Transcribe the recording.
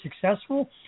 successful